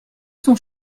son